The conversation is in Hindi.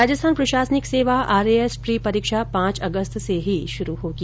राजस्थान प्रशासनिक सेवा आरएएस प्री परीक्षा पांच अगस्त से ही शुरु होगी